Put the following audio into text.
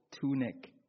tunic